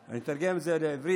אני אתרגם את זה לעברית,